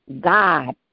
God